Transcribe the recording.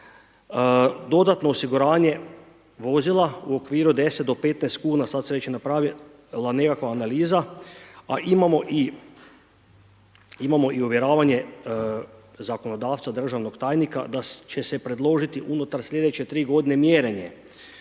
dodatno osiguranje vozila u okviru deset do petnaest kuna. Sad se već i napravila nekakva analiza, a imamo i uvjeravanje zakonodavca, državnog tajnika da će se predložiti unutar slijedeće tri godine mjerenje